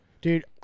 Dude